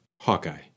Hawkeye